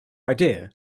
idea